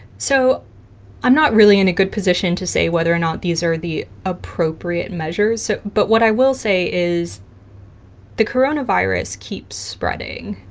so i'm not really in a good position to say whether or not these are the appropriate measures. so but what i will say is the coronavirus keeps spreading,